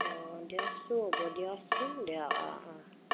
অঁ দিয়কচোন হ'ব দিয়কচোন দিয়ক অঁ অঁ